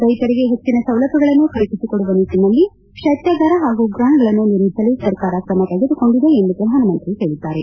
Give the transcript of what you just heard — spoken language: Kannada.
ರೈತರಿಗೆ ಹೆಚ್ಚಿನ ಸೌಲಭ್ಯಗಳನ್ನು ಕಲ್ಪಿಸಿಕೊಡುವ ನಿಟ್ಟನಲ್ಲಿ ಶೈತ್ಯಗಾರ ಹಾಗೂ ಉಗ್ರಾಣಗಳನ್ನು ನಿರ್ಮಿಸಲು ಸರ್ಕಾರ ಕ್ರಮ ತೆಗೆದುಕೊಂಡಿದೆ ಎಂದು ಪ್ರಧಾನಮಂತ್ರಿ ಹೇಳಿದ್ದಾರೆ